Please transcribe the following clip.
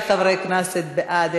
להעביר